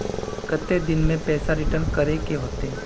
कितने दिन में पैसा रिटर्न करे के होते?